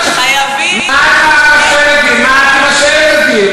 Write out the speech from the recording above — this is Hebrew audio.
חייבים, מה אתה שואל אותי?